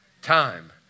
Time